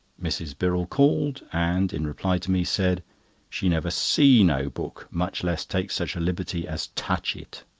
mrs. birrell called, and, in reply to me, said she never see no book, much less take such a liberty as touch it.